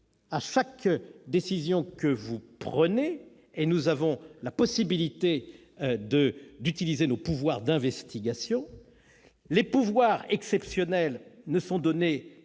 de chaque décision que vous prenez. Nous avons la possibilité d'utiliser nos pouvoirs d'investigation. Enfin, les pouvoirs exceptionnels n'étant conférés